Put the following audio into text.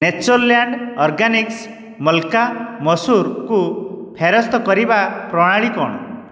Natureland Organics ମଲ୍କା ମସୁରକୁ ଫେରସ୍ତ କରିବାର ପ୍ରଣାଳୀ କ'ଣ